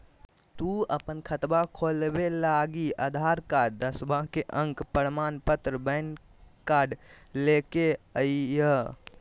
तू अपन खतवा खोलवे लागी आधार कार्ड, दसवां के अक प्रमाण पत्र, पैन कार्ड ले के अइह